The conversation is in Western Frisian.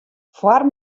foar